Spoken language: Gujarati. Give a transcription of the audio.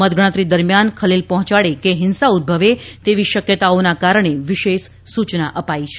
મતગણતરી દરમિયાન ખલેલ પહોંચાડે કે હિંસા ઉદભવે તેવી શક્યતાઓના કારણે વિશેષ સૂચના આપી છે